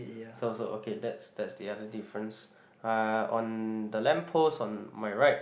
so so okay that's that's the other difference ah on the lamp post on my right